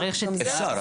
אפשר.